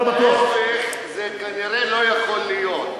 אבל להיפך זה כנראה לא יכול להיות.